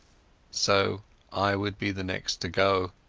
so i would be the next to go.